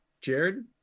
jared